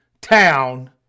town